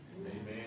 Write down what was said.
Amen